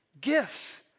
gifts